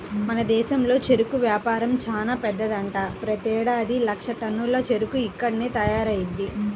మన దేశంలో చెరుకు వ్యాపారం చానా పెద్దదంట, ప్రతేడాది లక్షల టన్నుల చెరుకు ఇక్కడ్నే తయారయ్యిద్ది